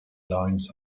lines